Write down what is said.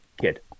kid